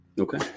Okay